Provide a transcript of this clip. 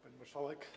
Pani Marszałek!